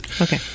okay